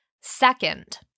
Second